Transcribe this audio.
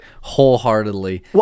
wholeheartedly